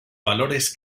valores